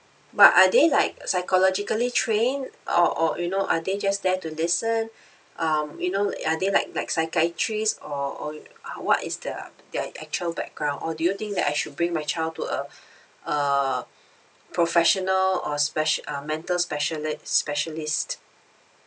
but are they like psychologically train or or you know are they just there to listen um you know are they like like psychiatrist or or what is the their actual background or do you think that I should bring my child to a a professional or special um mental speciali~ specialist